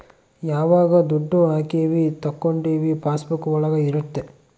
ಯಾವಾಗ ದುಡ್ಡು ಹಾಕೀವಿ ತಕ್ಕೊಂಡಿವಿ ಪಾಸ್ ಬುಕ್ ಒಳಗ ಇರುತ್ತೆ